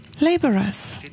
Laborers